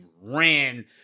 ran